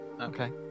okay